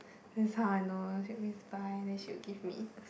that's how I know she would always buy then she would give me